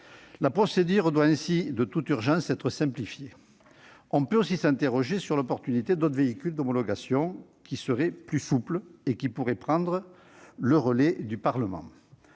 La procédure doit donc être de toute urgence simplifiée. On peut aussi s'interroger sur l'opportunité d'autres véhicules d'homologation, qui seraient plus souples et qui pourraient prendre le relais du Parlement.